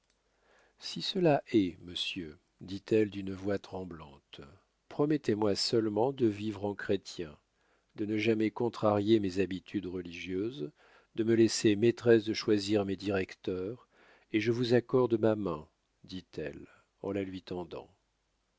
si cela est monsieur dit-elle d'une voix tremblante promettez-moi seulement de vivre en chrétien de ne jamais contrarier mes habitudes religieuses de me laisser maîtresse de choisir mes directeurs et je vous accorde ma main dit-elle en la lui tendant